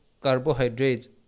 carbohydrates